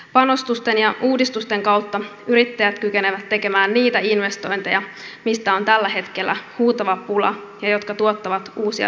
panostusten ja uudistusten kautta yrittäjät kykenevät tekemään niitä investointeja joista on tällä hetkellä huutava pula ja jotka tuottavat uusia työpaikkoja